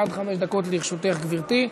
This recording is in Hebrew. עד חמש דקות לרשותך, גברתי.